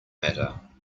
matter